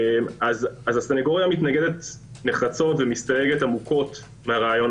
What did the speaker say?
הסנגוריה מתנגדת נחרצות ומסתייגת עמוקות מהרעיון